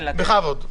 בכבוד.